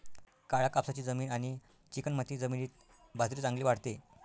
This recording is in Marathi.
काळ्या कापसाची जमीन आणि चिकणमाती जमिनीत बाजरी चांगली वाढते